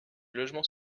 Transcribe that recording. logement